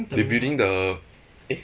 they building the eh